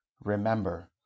Remember